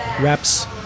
reps